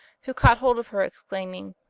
who caught hold of her, exclaiming,